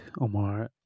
omar